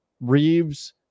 Reeves